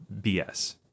BS